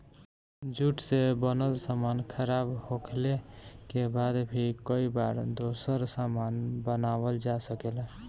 jute से बनल सामान खराब होखले के बाद भी कई बार दोसर सामान बनावल जा सकेला